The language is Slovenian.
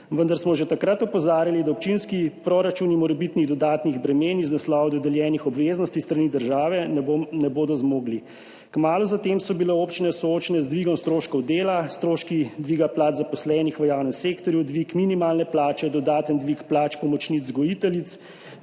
vendar smo že takrat opozarjali, da občinski proračuni morebitnih dodatnih bremen iz naslova dodeljenih obveznosti s strani države ne bodo zmogli. Kmalu zatem so, soočene z dvigom stroška dela, stroški dviga plač zaposlenih v javnem sektorju, dvig minimalne plače, dodaten dvig plač pomočnic vzgojiteljic,